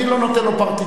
אני לא נותן לו פרטיטורה,